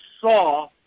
saw